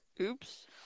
Oops